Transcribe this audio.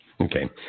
Okay